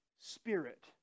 spirit